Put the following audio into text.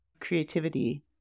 Creativity